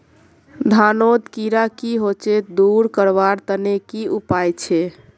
धानोत कीड़ा की होचे दूर करवार तने की उपाय छे?